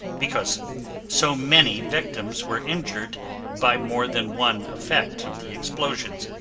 because so many victims were injured by more than one effect of the explosions.